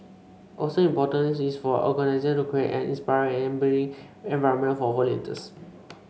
also important is for organisation to create an inspiring and enabling environment for volunteers